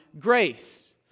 grace